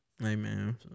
Amen